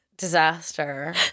Disaster